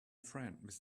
friend